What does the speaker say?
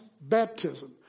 baptism